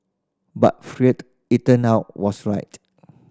but Freud it turned out was right